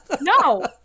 No